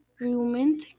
rumen